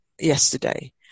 yesterday